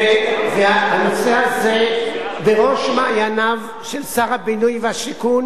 הנושא הזה בראש מעייניו של שר הבינוי והשיכון